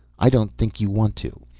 i don't think you want to.